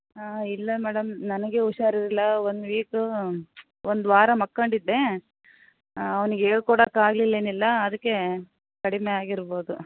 ಹಾಂ ಇಲ್ಲ ಮೇಡಮ್ ನನಗೇ ಹುಷಾರಿರಲಿಲ್ಲ ಒನ್ ವೀಕು ಒಂದು ವಾರ ಮಕ್ಕಂಡಿದ್ದೆ ಅವನಿಗೆ ಹೇಳ್ಕೊಡಕ್ಕಾಗ್ಲಿಲ್ಲ ಏನಿಲ್ಲ ಅದಕ್ಕೆ ಕಡಿಮೆ ಆಗಿರ್ಬೋದು